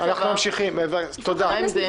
אדוני היושב-ראש,